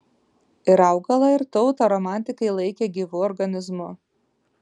ir augalą ir tautą romantikai laikė gyvu organizmu